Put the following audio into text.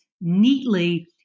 neatly